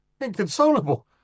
Inconsolable